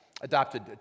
adopted